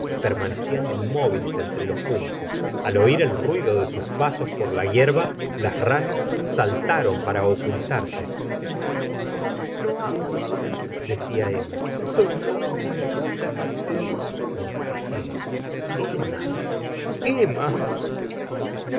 permanecían inmóviles entre los juncos al oir el ruido de sus pasos por la hierba las ranas saltaron para ocultarse no hago bien no hago bien decía emma estoy loca al escuchar á usted porqué emma emma